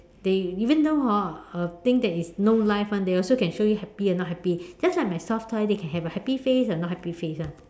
they even though hor a thing that is no life [one] they also can show you happy and not happy just like my soft toy they can have a happy face and not happy face [one]